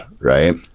right